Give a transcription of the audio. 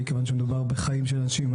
מכיוון שמדובר בחיים של אנשים.